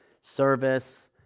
service